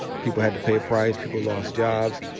people had to pay a price. people lost jobs.